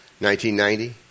1990